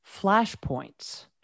flashpoints